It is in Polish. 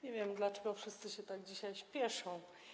Nie wiem, dlaczego wszyscy się tak dzisiaj spieszą.